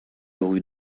rue